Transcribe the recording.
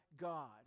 God